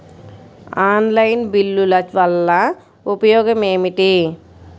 Online బిల్లుల వల్ల ఉపయోగమేమిటీ?